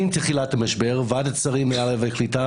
עם תחילת המשבר ועדת השרים לעלייה וקליטה